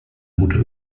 mutter